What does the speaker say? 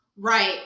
Right